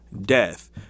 death